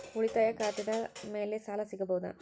ಉಳಿತಾಯ ಖಾತೆದ ಮ್ಯಾಲೆ ಸಾಲ ಸಿಗಬಹುದಾ?